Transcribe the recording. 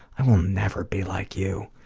i will never be like you.